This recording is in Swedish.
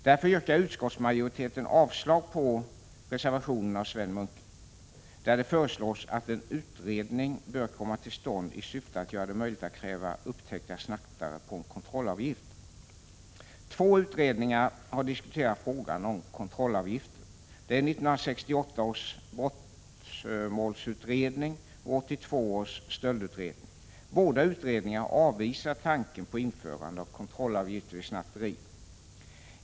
Därför yrkar utskottsmajoriteten avslag på reservationen av Sven Munke, där det föreslås att en utredning bör komma till stånd i syfte att göra det möjligt att kräva upptäckta snattare på en kontrollavgift. Två utredningar har diskuterat frågan om kontrollavgifter, 1968 års brottmålsutredning och 1982 års stöldutredning. Båda utredningarna har avvisat tanken på införande av kontrollavgifter vid snatteri.